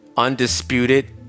Undisputed